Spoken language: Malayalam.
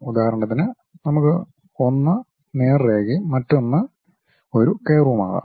ഉദാഹരണത്തിന് നമുക്ക് ഒന്ന് നേർരേഖയും മറ്റൊന്ന് ഒരു കർവും ആകാം